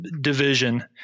division